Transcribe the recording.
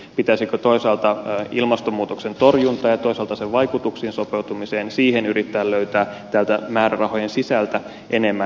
pitäisikö toisaalta ilmastonmuutoksen torjuntaan ja toisaalta sen vaikutuksiin sopeutumiseen yrittää löytää täältä määrärahojen sisältä enemmän painoa